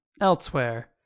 elsewhere